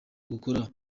gukora